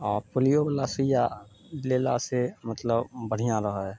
आओर पोलियोवला सूइया लेलासँ मतलब बढ़िआँ रहय हइ